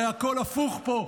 הרי הכול הפוך פה.